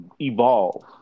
evolve